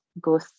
go